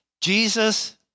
Jesus